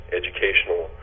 educational